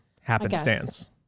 happenstance